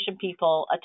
people